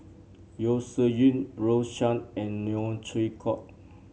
Yeo Shih Yun Rose Chan and Neo Chwee Kok